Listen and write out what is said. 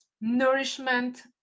nourishment